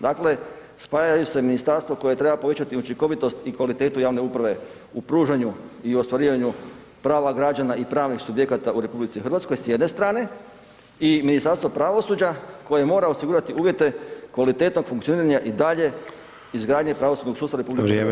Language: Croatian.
Dakle, spajaju se ministarstvo koje treba početnu učinkovitost i kvalitetu javne uprave u pružanju i ostvarivanju prava građana i pravnih subjekata u RH s jedne strane i Ministarstva pravosuđa koje mora osigurati uvjete kvalitetom funkcioniranja i daljnje izgradnje pravosudnog sustava RH.